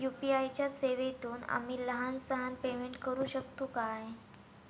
UPI च्या सेवेतून आम्ही लहान सहान पेमेंट करू शकतू काय?